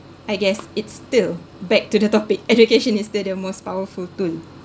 I guess it's still back to the topic education is still the most powerful tool